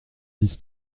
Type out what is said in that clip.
dix